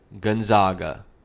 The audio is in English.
Gonzaga